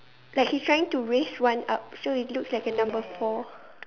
like he's trying to raise one up so he looks like a number four